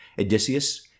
Odysseus